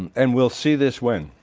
and we'll see this when?